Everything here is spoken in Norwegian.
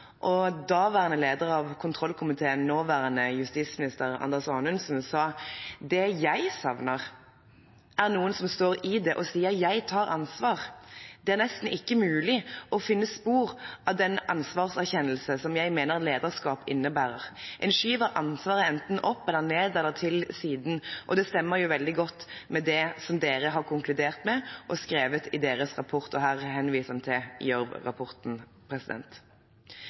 og daværende leder av kontrollkomiteen og nåværende justisminister, Anders Anundsen, sa: «Det jeg savner, er noen som står i det og sier «jeg tar ansvar». Det er nesten ikke mulig å finne spor av den ansvarserkjennelse som jeg mener lederskap innebærer – en skyver ansvaret enten opp, ned eller til siden – og det stemmer jo veldig godt med det som dere har konkludert med og skrevet i deres rapport.» Her henviser han til